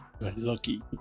Lucky